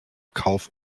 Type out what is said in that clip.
kauf